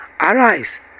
Arise